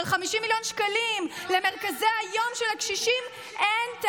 אבל 50 מיליון שקלים למרכזי היום של הקשישים אין,